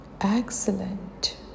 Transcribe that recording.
Excellent